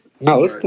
No